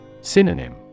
Synonym